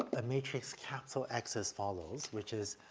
a matrix capital x as follows. which is,